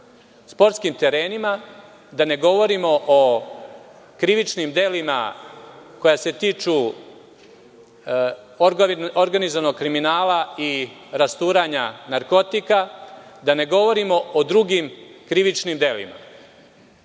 sportskim terenima, da ne govorimo o krivičnim delima koja se tiču organizovanog kriminala i rasturanja narkotika, da ne govorimo o drugim krivičnim delima. Baš